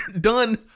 Done